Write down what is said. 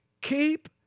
keep